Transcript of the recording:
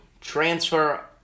transfer